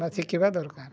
ବା ଶିଖିବା ଦରକାର